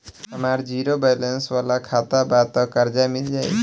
हमार zero balance वाला खाता बा त कर्जा मिल जायी?